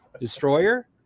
Destroyer